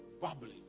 bubbling